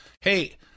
hey